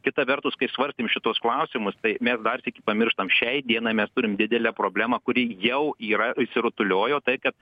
kita vertus kai svarstėm šituos klausimus tai mes dar sykį pamirštam šiai dienai mes turim didelę problemą kuri jau yra išsirutuliojo tai kad